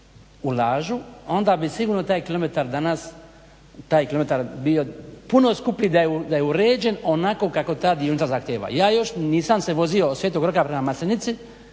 onda bi sigurno taj kilometar danas, taj kilometar bio puno skuplji da je uređen onako kako ta dionica zahtijeva. Ja još nisam se vozio od sv. Roka prema Maslenici,